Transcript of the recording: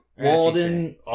Walden